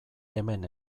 hemen